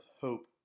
hope